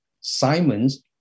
Simon's